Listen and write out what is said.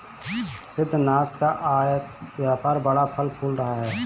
सिद्धिनाथ का आयत व्यापार बड़ा फल फूल रहा है